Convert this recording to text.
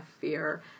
fear